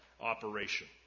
operation